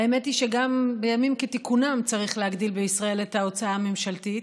האמת היא שגם בימים כתיקונם צריך להגדיל בישראל את ההוצאה הממשלתית,